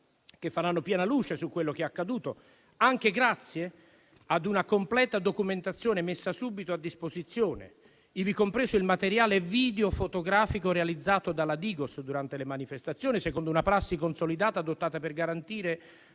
grazie a tutti